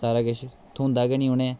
सारा किश थ्होंदा गै निं उ'नें